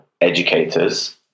educators